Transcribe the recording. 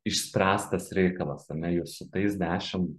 išspręstas reikalas ane jūs su tais dešim